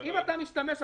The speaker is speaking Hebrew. אם אתה משתמש בזה,